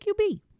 QB